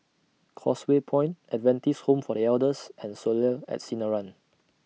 Causeway Point Adventist Home For The Elders and Soleil At Sinaran